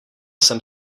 jsem